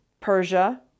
Persia